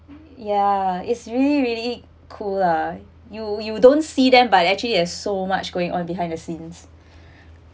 ya is really really cool lah you you don't see them but actually has so much going on behind the scenes